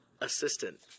assistant